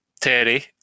Terry